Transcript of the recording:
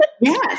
Yes